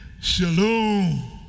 Shalom